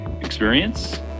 experience